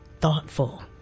thoughtful